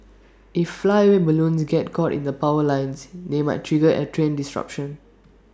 if flyaway balloons get caught in the power lines they might trigger A train disruption